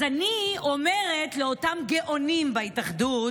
אז אני אומרת לאותם גאונים בהתאחדות: